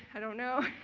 i don't know.